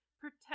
protect